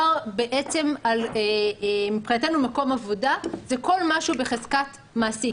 מבחינתנו, מקום עבודה זה כל מה שהוא בחזקת מעסיק.